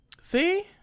See